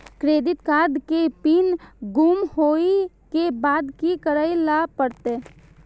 Credit card के pin गुम होय के बाद की करै ल परतै?